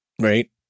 Right